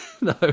no